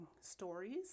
stories